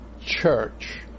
church